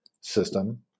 system